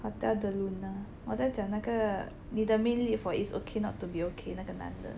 Hotel Del Luna 我在讲那个你懂 main lead for It's Okay Not to Be Okay 那个男的